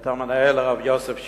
את המנהל הרב יוסף שווינגר,